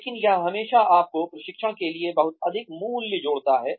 लेकिन यह हमेशा आपके प्रशिक्षण के लिए बहुत अधिक मूल्य जोड़ता है